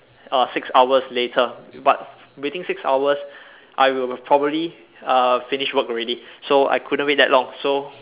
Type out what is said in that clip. uh six hours later but waiting six hours I will probably uh finish work already so I couldn't wait that long so